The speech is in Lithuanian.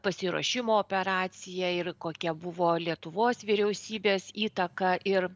pasiruošimo operacija ir kokia buvo lietuvos vyriausybės įtaka ir